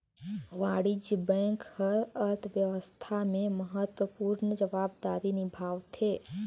वाणिज्य बेंक हर अर्थबेवस्था में महत्वपूर्न जवाबदारी निभावथें